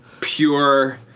pure